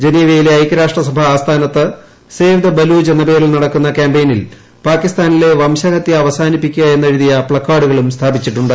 ജനീവയിലെ ഐക്യരാഷ്ട്രസഭാ ആസ്ഥാനത്ത് save the Baloch എന്ന പേരിൽ നടക്കുന്ന ക്യാമ്പയിനിൽ പാകിസ്ഥാനിലെ വംശഹത്യ അവസാനിപ്പിക്കുക എന്നെഴുതിയ പ്ലക്കാർഡുകളും സ്ഥാപിച്ചിട്ടുണ്ട്